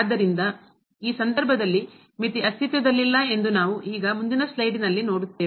ಆದ್ದರಿಂದ ಈ ಸಂದರ್ಭದಲ್ಲಿ ಮಿತಿ ಅಸ್ತಿತ್ವದಲ್ಲಿಲ್ಲ ಎಂದು ನಾವು ಈಗ ಮುಂದಿನ ಸ್ಲೈಡ್ನಲ್ಲಿ ನೋಡುತ್ತೇವೆ